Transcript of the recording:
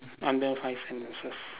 under five sentences